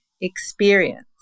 experience